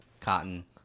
cotton